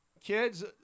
Kids